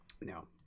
No